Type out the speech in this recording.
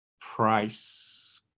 price